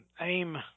AIM